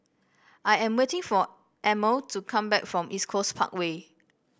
I am waiting for Emil to come back from East Coast Parkway